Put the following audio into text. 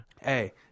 hey